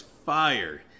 fire